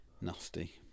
nasty